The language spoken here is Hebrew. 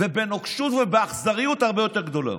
ובנוקשות ובאכזריות הרבה יותר גדולות.